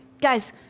Guys